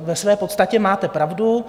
Ve své podstatě máte pravdu.